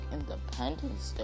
Independence